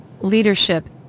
leadership